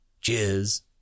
cheers